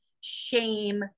shame